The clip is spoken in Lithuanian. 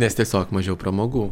nes tiesiog mažiau pramogų